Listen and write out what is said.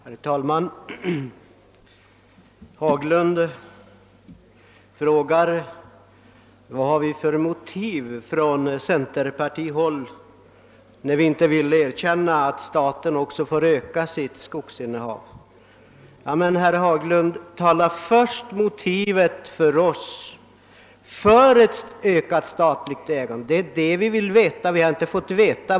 Herr talman! Herr Haglund undrar vilka motiv vi inom centerpartiet har när vi inte vill tillåta att staten får öka sitt skogsinnehav. Men, herr Haglund, tala först om vilka motiv det finns för ett ökat statligt ägande! Dem har vi ännu inte fått veta.